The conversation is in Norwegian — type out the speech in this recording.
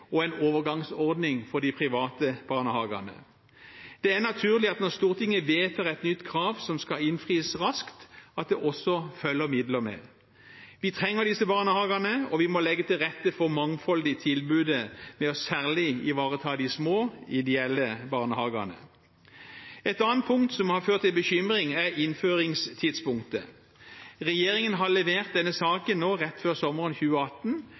og en overgangsordning for de private barnehagene. Det er naturlig når Stortinget vedtar et nytt krav som skal innfris raskt, at det også følger midler med. Vi trenger disse barnehagene, og vi må legge til rette for et mangfold i tilbudet ved særlig å ivareta de små, ideelle barnehagene. Et annet punkt som har ført til bekymring, er innføringstidspunktet. Regjeringen har levert denne saken nå rett før sommeren 2018,